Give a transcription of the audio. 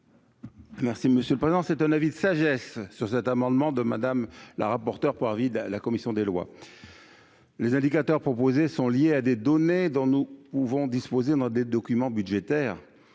Merci Monsieur le Président, c'est un avis de sagesse sur cet amendement, de Madame, la rapporteure pour avis de la commission des lois, les indicateurs proposés sont liés à des données dont nous ou vont disposer dans des documents budgétaires,